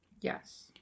yes